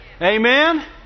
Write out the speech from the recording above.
Amen